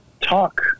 talk